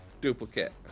duplicate